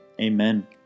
Amen